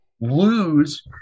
lose